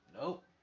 nope